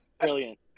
Brilliant